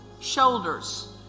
Shoulders